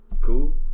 cool